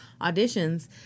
auditions